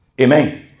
Amen